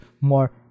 more